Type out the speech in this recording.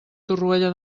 torroella